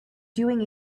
doing